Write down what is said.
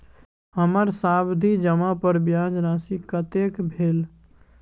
हमर सावधि जमा पर ब्याज राशि कतेक भेल?